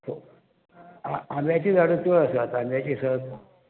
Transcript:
आंब्याची झाडां चड आसात आंब्याची स